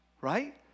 right